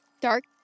Dark